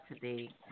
today